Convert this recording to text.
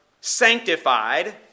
sanctified